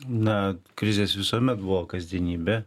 na krizės visuomet buvo kasdienybė